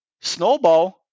Snowball